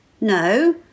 no